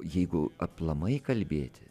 jeigu aplamai kalbėti